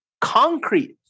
concrete